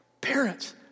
Parents